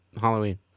Halloween